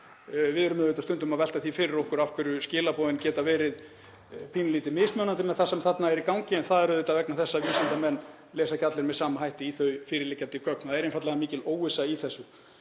Við erum auðvitað stundum að velta því fyrir okkur af hverju skilaboðin geta verið pínulítið mismunandi með það sem þarna er í gangi en það er vegna þess að vísindamenn lesa ekki allir með sama hætti í fyrirliggjandi gögn. Það er einfaldlega mikil óvissa í þessu.